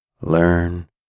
learn